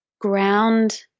ground